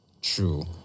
true